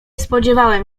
spodziewałem